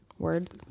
Words